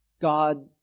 God